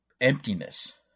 emptiness